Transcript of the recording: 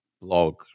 blog